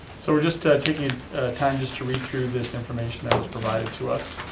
so we're just taking time just to read through this information that was provided to us.